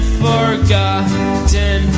forgotten